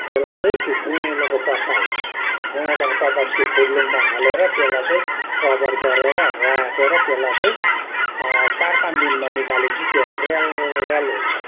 त्यसलाई चाहिँ त्यो गुँहेलोको पत्ता हुन्छ गुँहेलोको पत्तामा त्यो फुर्लुङ्गमा हालेर त्यसलाई चाहिँ कभर गरेर राखेर त्यसलाई चाहिँ चार पाँच दिनमा निकाले पछि त्यो ऱ्यालऱ्याल हुन्छ